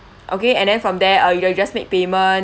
okay and then from there uh you ju~ you just make payment